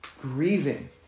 Grieving